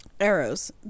arrows